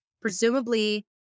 Presumably